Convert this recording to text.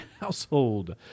Household